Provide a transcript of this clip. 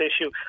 issue